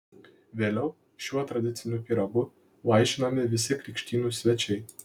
vėliau šiuo tradiciniu pyragu vaišinami visi krikštynų svečiai